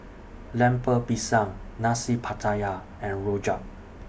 Lemper Pisang Nasi Pattaya and Rojak